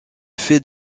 fait